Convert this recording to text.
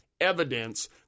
evidence